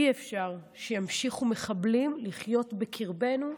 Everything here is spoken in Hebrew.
אי-אפשר שמחבלים ימשיכו לחיות בקרבנו,